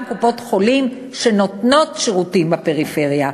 קופות-חולים שנותנות שירותים בפריפריה,